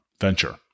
venture